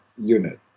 unit